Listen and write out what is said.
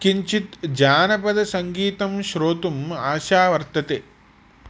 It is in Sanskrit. किञ्चित् जानपदसङ्गीतं श्रोतुम् आशा वर्तते